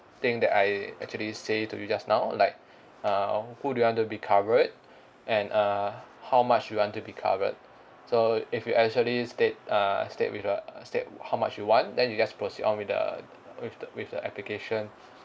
thing that I actually say to you just now like err who do you want to be covered and err how much you want to be covered so if you actually state err state with a state how much you want then you just proceed on with the with the with the application